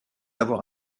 avoir